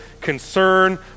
concern